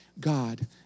God